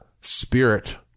spirit